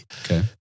Okay